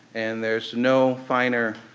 and there's no finer